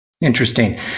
Interesting